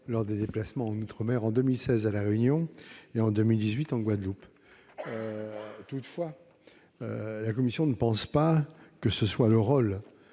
lors de ses déplacements en outre-mer, en 2016 à La Réunion, puis en 2018 en Guadeloupe. Toutefois, la commission ne pense pas que ce soit le rôle